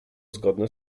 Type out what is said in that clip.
zgodne